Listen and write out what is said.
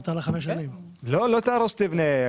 לא, לא תהרוס ותבנה.